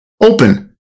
open